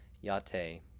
Yate